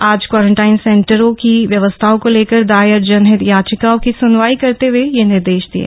आज क्वारंटाइन सेंटरों की व्यवस्थाओं को लेकर दायर जनहित याचिकाओं की सुनवाई करते हए यह निर्देश दिये